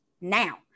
now